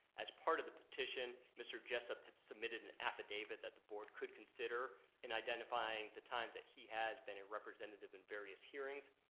as part of the petition, mr. jessup had submitted an affidavit that the board could consider in identifying the times that he had been a representative in various hearings.